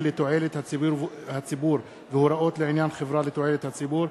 לתועלת הציבור והוראות לעניין חברה לתועלת הציבור),